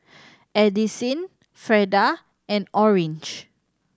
Addisyn Freda and Orange